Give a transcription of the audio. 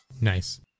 Nice